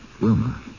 Wilma